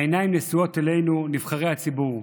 העיניים נשואות אלינו, נבחרי הציבור.